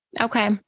Okay